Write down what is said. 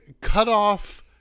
cut-off